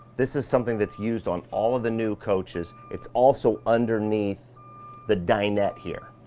this is something that's used on all of the new coaches, it's also underneath the dinette here.